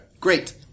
great